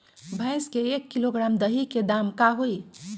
भैस के एक किलोग्राम दही के दाम का होई?